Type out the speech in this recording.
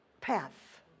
path